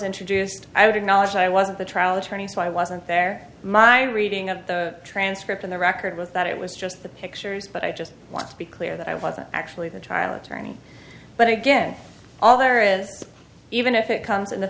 introduced i would acknowledge i wasn't the trial attorney so i wasn't there my reading of the transcript in the record was that it was just the pictures but i just want to be clear that i wasn't actually the trial attorney but again all there is even if it comes in the